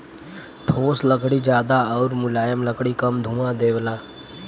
ठोस लकड़ी जादा आउर मुलायम लकड़ी कम धुंआ देवला